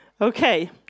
Okay